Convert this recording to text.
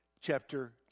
chapter